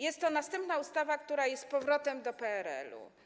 Jest to następna ustawa, która jest powrotem do PRL-u.